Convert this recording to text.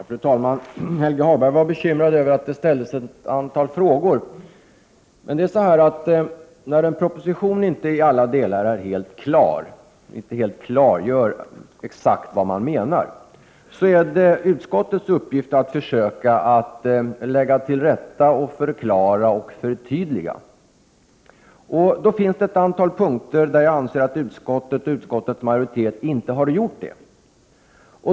Fru talman! Helge Hagberg var bekymrad över att det ställts ett antal frågor. När en proposition inte i alla delar klargör exakt vad regeringen menar, är det utskottets uppgift att försöka lägga till rätta, förklara och förtydliga. Det finns ett antal punkter där jag anser att utskottets majoritet inte har gjort det.